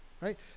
right